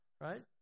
right